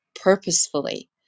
purposefully